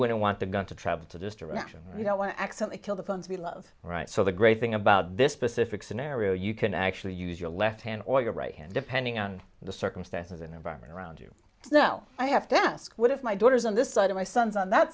wouldn't want the gun to travel to destruction you know accidently kill the phones we love all right so the great thing about this specific scenario you can actually use your left hand or your right hand depending on the circumstances environment around you know i have to ask what if my daughter's on this side of my son's on that